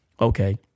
Okay